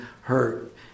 hurt